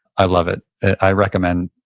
i love it. i recommend,